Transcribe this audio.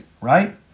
right